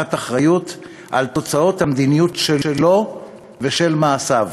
לקחת אחריות לתוצאות המדיניות שלו ומעשיו.